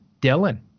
Dylan